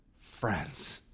Friends